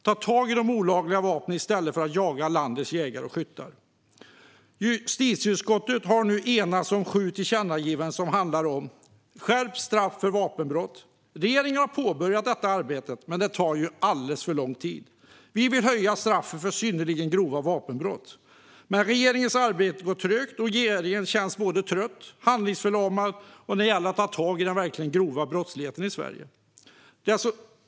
Ta tag i de olagliga vapnen i stället för att jaga landets jägare och skyttar! Justitieutskottet har nu enats om sju tillkännagivanden. Det handlar till att börja med om skärpt straff för vapenbrott. Regeringen har påbörjat detta arbete. Men det tar alldeles för lång tid. Vi vill höja straffet för synnerligen grova vapenbrott. Men regeringens arbete går trögt, och regeringen känns både trött och handlingsförlamad när det gäller att ta tag i den grova brottsligheten i Sverige.